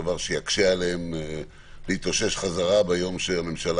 דבר שיקשה עליהם להתאושש חזרה ביום שהממשלה